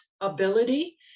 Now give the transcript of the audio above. ability